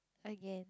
again